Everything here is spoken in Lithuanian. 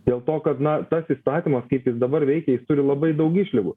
dėl to kad na tas įstatymas kaip jis dabar veikia jis turi labai daug išlygų